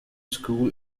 school